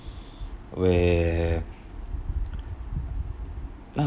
where